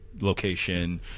location